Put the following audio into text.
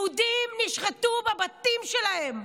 יהודים נשחטו בבתים שלהם,